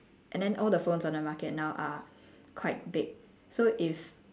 and then all the phones on the market now are are quite big so if